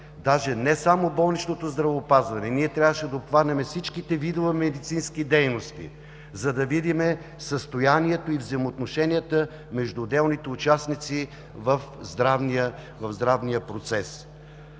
Даже не само болничното здравеопазване, ние трябваше да обхванем всички видове медицински дейности, за да видим състоянието и взаимоотношенията между отделните участници в здравния процес.